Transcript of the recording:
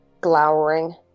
glowering